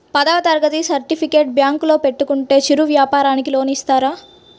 పదవ తరగతి సర్టిఫికేట్ బ్యాంకులో పెట్టుకుంటే చిరు వ్యాపారంకి లోన్ ఇస్తారా?